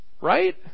Right